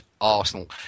arsenal